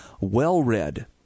well-read